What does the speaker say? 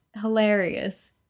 hilarious